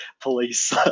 police